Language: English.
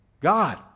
God